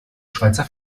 schweizer